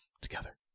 together